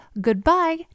goodbye